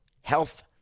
health